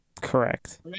Correct